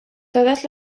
todas